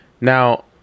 Now